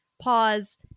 pause